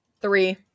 three